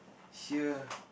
here